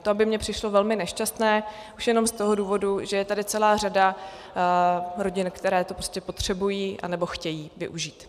To by mi přišlo velmi nešťastné už jenom z toho důvodu, že je tady celá řada rodin, které to potřebují anebo chtějí využít.